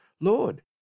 Lord